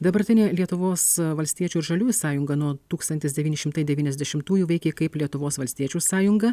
dabartinė lietuvos valstiečių ir žaliųjų sąjunga nuo tūkstantis devyni šimtai devyniasdešimtųjų veikė kaip lietuvos valstiečių sąjunga